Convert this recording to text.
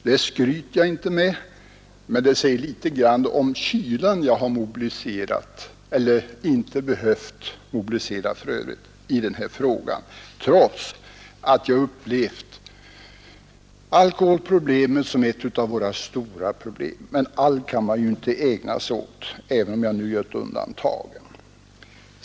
Det skryter jag inte med, men det säger litet om kylan jag har mobiliserat — eller för övrigt inte behövt mobilisera — i den här frågan, trots att jag upplevt alkoholproblemet som ett av våra stora problem. Men allt kan man ju inte ägna sig åt, även om jag nu gör ett undantag.